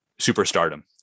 superstardom